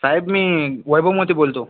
साहेब मी वैभव मते बोलतो